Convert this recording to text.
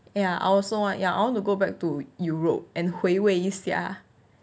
ya I also want ya I want to go back to europe and 回味一下